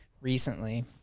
recently